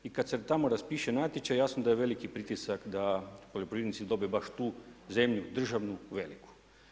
I kad se tamo raspiše natječaj jasno da je veliki pritisak da poljoprivrednici dobe baš tu zemlju, državnu veliku.